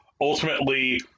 ultimately